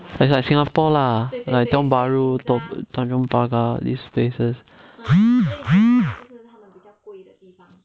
it's like singapore lah like tiong bahru tanjong pagar these places